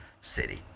city